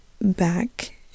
back